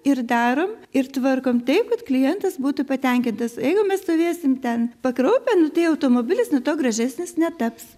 ir darom ir tvarkom taip kad klientas būtų patenkintas jeigu mes stovėsim ten pakraupę nu tai automobilis nuo to gražesnis netaps